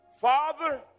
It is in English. Father